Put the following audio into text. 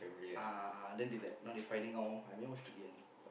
ah ah then they like now they finding all I never watch fully ah